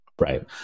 Right